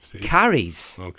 Carries